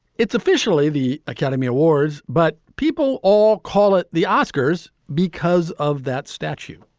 it's officially the academy awards, but people all call it the oscars because of that statue,